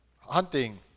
Hunting